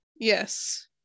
yes